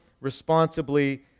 responsibly